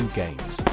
games